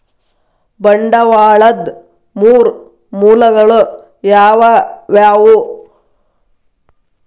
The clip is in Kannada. ಬಂಡವಾಳದ್ ಮೂರ್ ಮೂಲಗಳು ಯಾವವ್ಯಾವು?